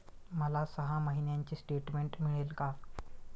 मला सहा महिन्यांचे स्टेटमेंट मिळेल का?